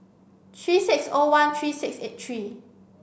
three six O one three six eight three